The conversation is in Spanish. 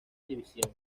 división